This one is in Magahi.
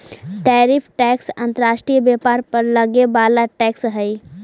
टैरिफ टैक्स अंतर्राष्ट्रीय व्यापार पर लगे वाला टैक्स हई